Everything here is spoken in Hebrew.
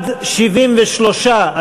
73 בעד,